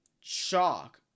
shock